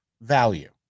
value